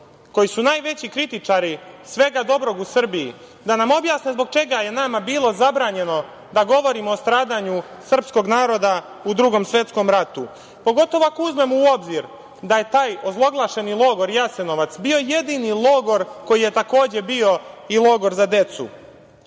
koji su najveći kritičari svega dobrog u Srbiji da nam objasne zbog čega je nama bilo zabranjeno da govorimo o stradanju srpskog naroda u Drugom svetskom ratu, pogotovo ako uzmemo u obzir da je taj ozloglašeni logor Jasenovac bio jedini logor koji je takođe bio i logor za